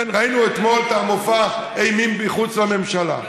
ראינו אתמול את מופע האימים מחוץ לממשלה.